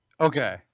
Okay